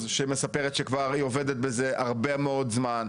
שמספרת שכבר היא עובדת בזה הרבה מאוד זמן,